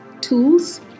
tools